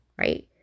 right